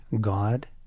God